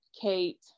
Kate